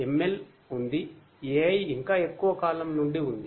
ML ఉంది AI ఇంకా ఎక్కువ కాలం నుండి ఉంది